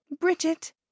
bridget